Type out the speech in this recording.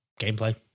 gameplay